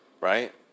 right